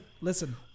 listen